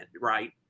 right